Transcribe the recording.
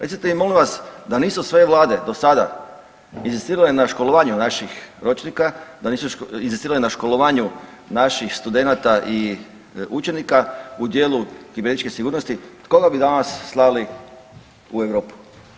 Recite mi molim vas da nisu sve Vlade do sada inzistirale na školovanju naših ročnika, da nisu inzistirale na školovanju naših studenata i učenika u dijelu kibernetičke sigurnosti koga bi danas slali u Europu?